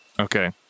Okay